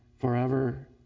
forever